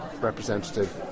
representative